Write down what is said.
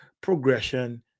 progression